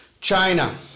China